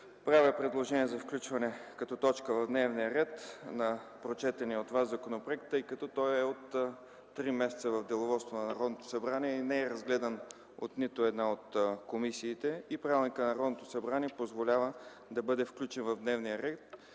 Правя предложение за включване като точка в дневния ред на прочетения от Вас законопроект, тъй като той от три месеца е в Деловодството на Народното събрание и не е разгледан от нито една от комисиите и Правилникът на Народното събрание позволява да бъде включен в дневния ред.